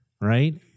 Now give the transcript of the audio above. right